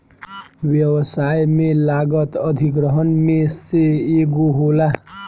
व्यवसाय में लागत अधिग्रहण में से एगो होला